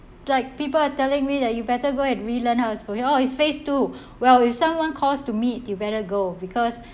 like people are telling me that you better go and relearn how to oh it's phase two well if someone calls to meet you better go because